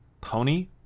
Pony